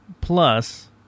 Plus